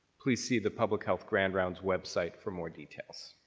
please see the public health grand rounds website for more details.